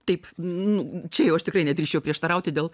taip n čia jau aš tikrai nedrįsčiau prieštarauti dėl